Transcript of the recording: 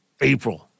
April